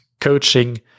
coaching